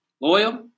Loyal